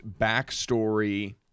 backstory